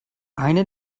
eine